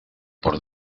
por